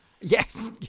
Yes